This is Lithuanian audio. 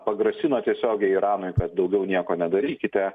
pagrasino tiesiogiai iranui kad daugiau nieko nedarykite